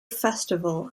festival